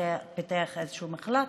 שהם פיתחו איזה מחלה,